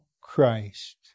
Christ